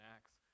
Acts